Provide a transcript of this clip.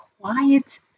quiet